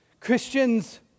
Christians